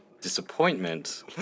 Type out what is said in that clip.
disappointment